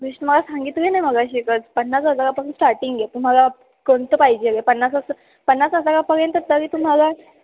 fridge तुम्हाला सांगितले ना मघाशीच पन्नास हजारापासून स्टार्टिंग आहे तुम्हाला कोणतं पाहिजे आहे पन्नासाचं पन्नास हजारापर्यंत तरी तुम्हाला